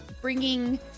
bringing